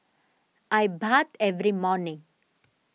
I bathe every morning